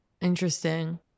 Interesting